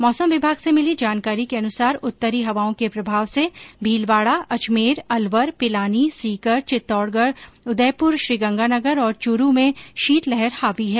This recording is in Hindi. मौसम विभाग से मिली जानकारी के अनुसार उत्तरी हवाओं के प्रभाव से भीलवाड़ा अजमेर अलवर पिलानी सीकर चित्तौड़गढ़ उदयपूर श्रीगंगानगर और च्रू में शीतलहर हावी है